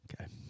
Okay